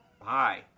hi